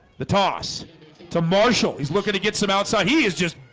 the toss to marshall he's looking to get some outside he is just